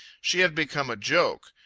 she had become a joke.